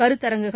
கருத்தரங்குகள்